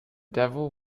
devil